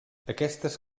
aquestes